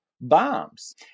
bombs